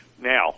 Now